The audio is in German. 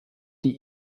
die